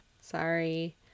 Sorry